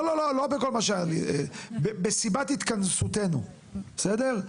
לא, לא בכל מה, בסיבת התכנסותנו, בסדר?